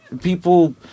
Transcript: people